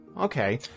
Okay